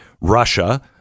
Russia